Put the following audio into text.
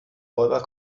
räuber